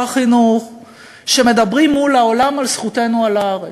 החינוך שמדברים מול העולם על זכותנו על הארץ.